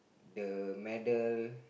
the medal